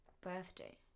Birthday